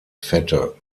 fette